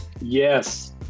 Yes